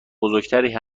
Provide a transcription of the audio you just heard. بزرگتری